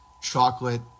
chocolate